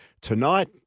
tonight